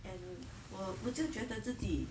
and 我我就觉得自己